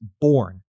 born